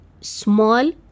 small